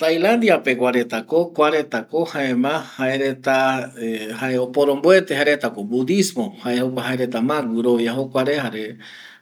Tailandia pegua retako kuaretako jaema jae jaereko oporomboete jaeretako budismo jaereta ma guɨrovia jokuare jare